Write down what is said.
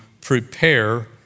prepare